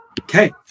Okay